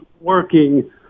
working